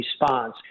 response